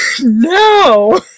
no